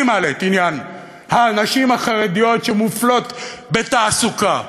אני מעלה את עניין הנשים החרדיות שמופלות בתעסוקה,